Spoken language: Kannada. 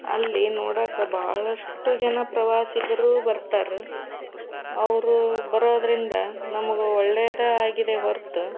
ಅಲ್ಲಿ ನೋಡಕ್ಕೆ ಭಾಳಷ್ಟು ಜನ ಪ್ರವಾಸಿಗರು ಬರ್ತಾರೆ ಅವರು ಬರೋದರಿಂದ ನಮಗೂ ಒಳ್ಳೆದೇ ಆಗಿದೆ ಹೊರತು